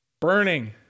Burning